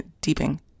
deeping